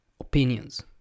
opinions